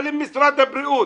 אבל אם משרד הבריאות,